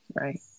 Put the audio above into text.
right